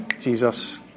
Jesus